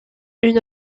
une